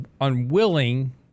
unwilling